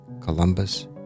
Columbus